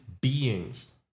beings